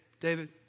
David